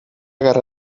guerra